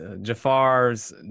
Jafar's